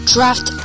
Draft